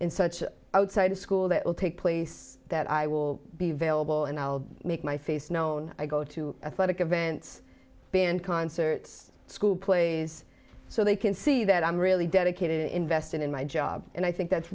in such outside of school that will take place that i will be vailable and i'll make my face known i go to a clinic advance band concerts school plays so they can see that i'm really dedicated invested in my job and i think that's